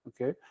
okay